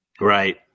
right